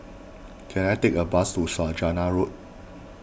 can I take a bus to Saujana Road